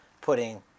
putting